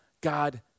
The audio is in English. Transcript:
God